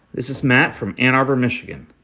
this is matt from ann arbor, mich.